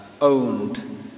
owned